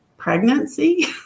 pregnancy